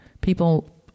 People